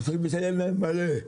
אנחנו צריכים לשלם עליהם מלא.